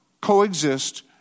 coexist